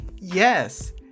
Yes